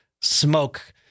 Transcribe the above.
smoke